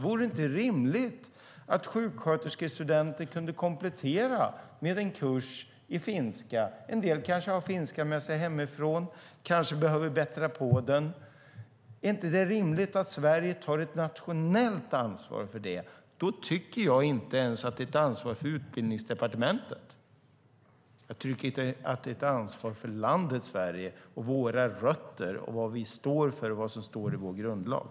Vore det inte rimligt om sjuksköterskestudenter kunde komplettera med en kurs i finska? En del kanske har finskan med sig hemifrån och behöver kanske bättra på den. Är det inte rimligt att Sverige tar ett nationellt ansvar för det? Då tycker jag inte ens att det är ett ansvar för Utbildningsdepartementet. Jag tycker att det är ett ansvar för landet Sverige. Det handlar om våra rötter, vad vi står för och vad som står i vår grundlag.